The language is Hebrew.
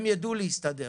הן תדענה להסתדר.